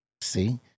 See